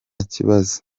kibazo